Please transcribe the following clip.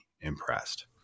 impressed